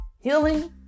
healing